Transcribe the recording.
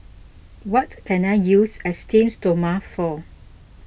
what can I use Esteems Stoma for